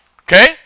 okay